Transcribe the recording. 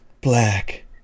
Black